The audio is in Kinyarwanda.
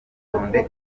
itonde